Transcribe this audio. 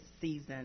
season